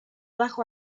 bajo